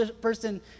person